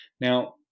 Now